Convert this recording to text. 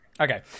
okay